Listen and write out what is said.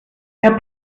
herr